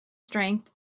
strength